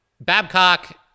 Babcock